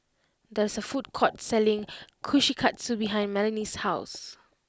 there is a food court selling Kushikatsu behind Melony's house